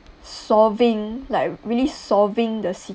solving like really solving the